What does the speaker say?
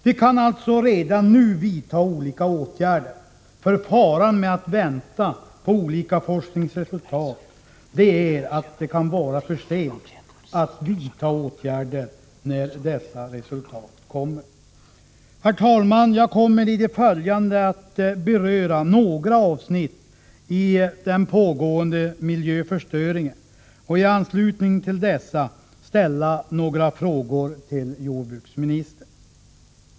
Vi kan alltså redan nu vidta olika åtgärder, för faran med att vänta på olika forskningsresultat är att det kan vara för sent att vidta åtgärder när dessa resultat kommer. Herr talman! Jag kommer i det följande att beröra några avsnitt i den pågående miljöförstöringen och i anslutning till dessa ställa några frågor till jordbruksministern.